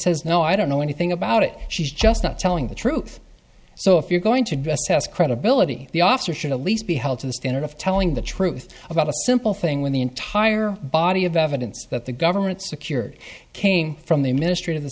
says no i don't know anything about it she's just not telling the truth so if you're going to invest has credibility the officer should at least be held to the standard of telling the truth about a simple thing when the entire body of evidence that the government secured came from the ministry of the